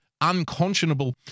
unconscionable